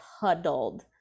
huddled